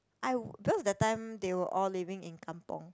I because that time they were all living in Kampung